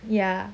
ya